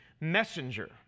messenger